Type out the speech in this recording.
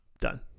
Done